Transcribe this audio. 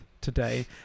today